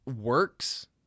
works